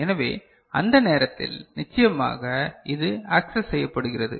எனவே அந்த நேரத்தில் நிச்சயமாக இது ஆக்சஸ் செய்யப்படுகிறது